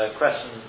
question